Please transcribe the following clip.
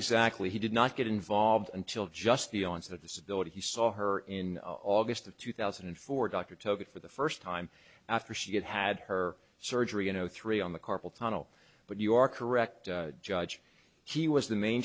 exactly he did not get involved until just the onset of disability he saw her in august of two thousand and four dr took it for the first time after she had had her surgery in zero three on the carpal tunnel but you are correct judge he was the main